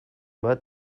bat